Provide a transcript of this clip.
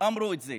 אמרו את זה.